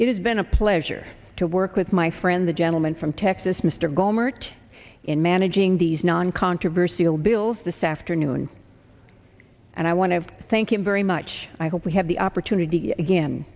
it has been a pleasure to work with my friend the gentleman from texas mr gohmert in managing these non controversial bills this afternoon and i want to thank him very much i hope we have the opportunity again